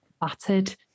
battered